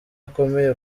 akomeye